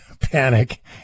panic